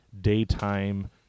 daytime